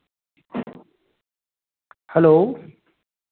hello